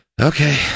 Okay